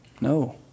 No